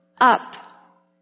up